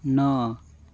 ନଅ